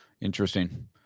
Interesting